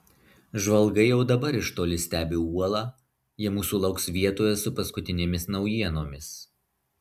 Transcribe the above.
žvalgai jau dabar iš toli stebi uolą jie mūsų lauks vietoje su paskutinėmis naujienomis